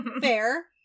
Fair